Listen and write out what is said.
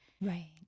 Right